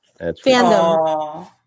Fandom